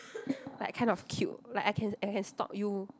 like kind of cute like I can I can stalk you